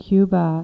Cuba